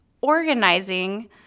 organizing